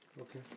Okay